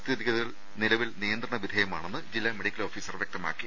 സ്ഥിതിഗതികൾ നില വിൽ നിയന്ത്രണ വിധേയമാണെന്ന് ജില്ലാ മെഡിക്കൽ ഓഫീസർ വ്യക്തമാക്കി